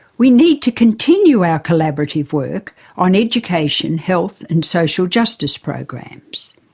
we need to continue our collaborative work on education, health and social justice programs.